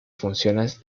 funciones